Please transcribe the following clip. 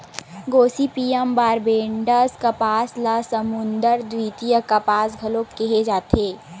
Gossypium barbadense कपास ल समुद्दर द्वितीय कपास घलो केहे जाथे